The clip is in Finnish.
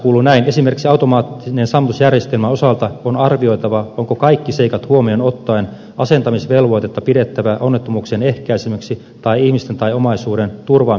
esimerkiksi automaattisen sammutusjärjestelmän osalta on arvioitava onko kaikki seikat huomioon ottaen asentamisvelvoitetta pidettävä onnettomuuksien ehkäisemiseksi tai ihmisten tai omaisuuden turvaamiseksi välttämättömänä